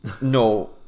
no